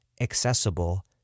accessible